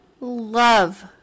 love